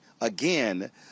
again